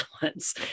balance